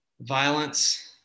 violence